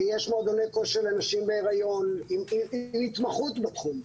ויש מועדוני כושר לנשים בהיריון עם התמחות בתחום.